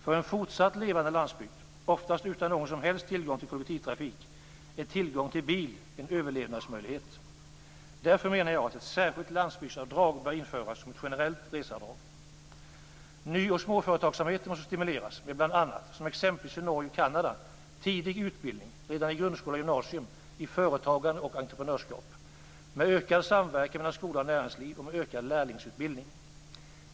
För en fortsatt levande landsbygd, oftast utan någon som helst tillgång till kollektivtrafik, är tillgång till bil en överlevnadsnödvändighet. Därför menar jag att ett särskilt landsbygdsavdrag bör införas som ett generellt reseavdrag. Ny och småföretagsamheten måste stimuleras med bl.a., som i Norge och Kanada, tidig utbildning, redan i grundskolan och gymnasium, i företagande och entreprenörskap med ökad samverkan mellan skola och näringsliv och med ökad lärlingsutbildning.